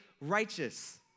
righteous